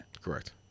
correct